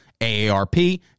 AARP